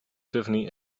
tiffany